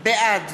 בעד